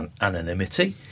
anonymity